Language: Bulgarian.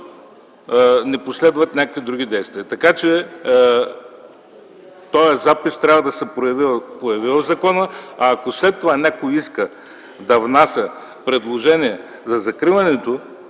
не последват някакви други действия. Така че този запис трябва да се появи в закона. А ако след това някой иска да внася предложение със закриването